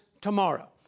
tomorrow